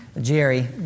Jerry